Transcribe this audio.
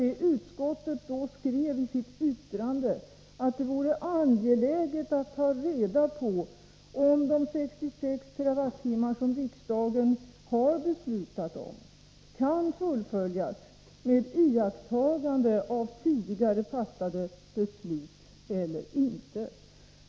Det utskottet skrev i sitt yttrande att det vore angeläget att ta reda på om riksdagens beslut om 66 TWh kan fullföljas med iakttagande av tidigare fattade beslut eller inte.